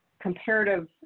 comparative